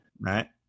Right